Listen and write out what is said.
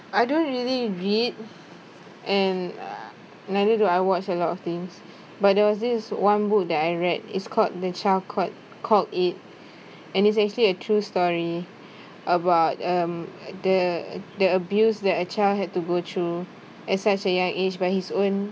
I don't really read and neither do I watch a lot of things but there was this one book that I read it's called a child called it and is actually a true story about um the the abuse that a child had to go through at such a young age by his own